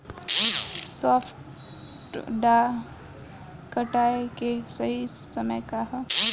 सॉफ्ट डॉ कटाई के सही समय का ह?